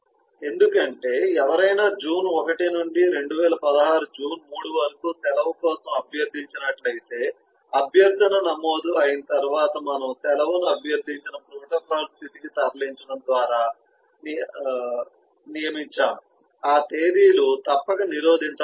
ఎందుకంటే ఎవరైనా జూన్ 1 నుండి 2016 జూన్ 3 వరకు సెలవు కోసం అభ్యర్థించినట్లయితే అభ్యర్థన నమోదు అయిన తర్వాత మనము సెలవును అభ్యర్థించిన ప్రోటోకాల్ స్థితికి తరలించడం ద్వారా నియమించాము ఆ తేదీలు తప్పక నిరోధించబడతాయి